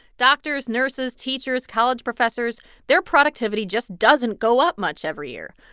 doctors, nurses, teachers, college professors their productivity just doesn't go up much every year.